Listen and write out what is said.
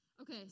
Okay